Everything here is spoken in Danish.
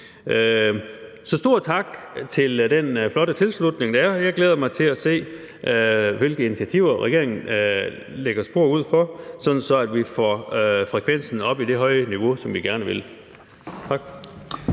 Så stor tak for den flotte tilslutning, der er. Jeg glæder mig til at se, hvilke initiativer regeringen vil lægge spor ud til, sådan at vi får frekvensen op på det høje niveau, som vi gerne vil have.